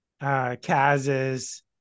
Kaz's